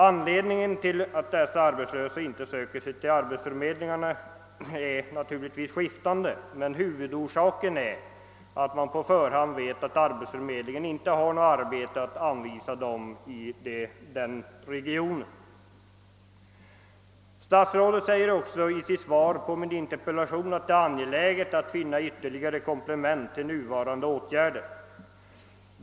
Anledningarna till att de arbetslösa inte anmäler sig på arbetsförmedlingarna skiftar naturligtvis, men huvudorsaken är att de på förhand vet att arbetsförmedlingen inte har något arbete att anvisa dem i den regionen. Statsrådet säger i sitt svar på min interpellation att det är angeläget att finna komplement till nuvarande åtgärder.